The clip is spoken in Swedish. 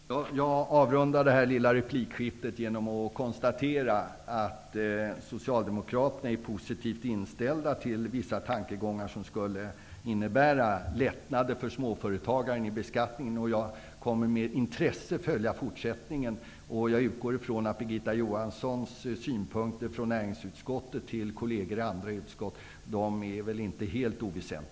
Fru talman! Jag skall avrunda det här lilla replikskiftet med att konstatera att Socialdemokraterna är positivt inställda till vissa tankegångar om lättnader i beskattningen för småföretagaren. Jag kommer med intresse att följa fortsättningen. Jag utgår från att Birgitta Johanssons synpunkter från näringsutskottet inte är oväsentliga för hennes kolleger i andra utskott.